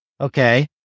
Okay